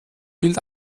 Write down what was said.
bild